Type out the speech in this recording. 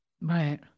Right